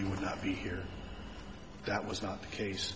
we would not be here that was not the case